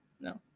no